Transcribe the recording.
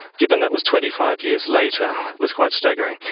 given that was twenty five years later, was quite staggering.